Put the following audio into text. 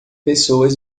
pessoas